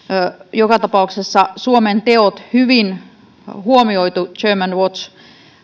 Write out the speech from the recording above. joka tapauksessa suomen teot hyvin huomioitu germanwatch